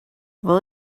will